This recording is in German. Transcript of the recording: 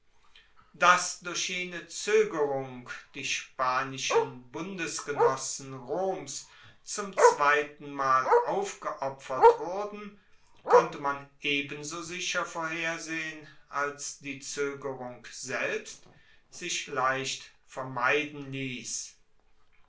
dass durch jene zoegerung die spanischen bundesgenossen roms zum zweitenmal aufgeopfert wurden konnte man ebenso sicher vorhersehen als die zoegerung selbst sich leicht vermeiden liess